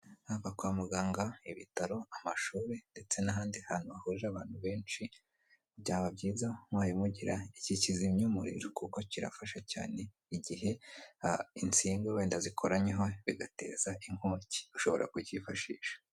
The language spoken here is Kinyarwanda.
Haba kwa muganga, ibitaro, amashuri ndetse n'ahandi hantu hahuje abantu benshi byaba byiza mubaye mugira iki kizimya umuriro kuko kirafasha cyane igihe insinga wenda zikoranyeho bigateza inkongi ushobora kukifashisha.